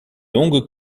longue